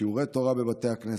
שיעורי תורה בבתי הכנסת.